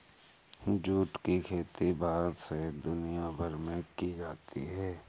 जुट की खेती भारत सहित दुनियाभर में की जाती है